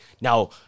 now